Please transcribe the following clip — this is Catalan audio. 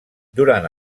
durant